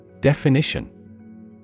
Definition